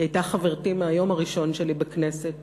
היא הייתה חברתי מהיום הראשון שלי בכנסת.